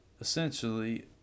essentially